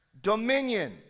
dominion